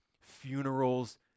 funerals